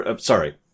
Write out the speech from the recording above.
Sorry